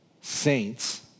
saints